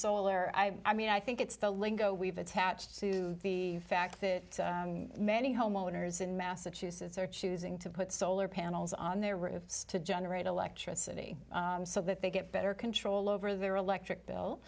solar i mean i think it's the lingo we've attached to the fact that many homeowners in massachusetts are choosing to put solar panels on their roofs to generate electricity so that they get better control over their electric bill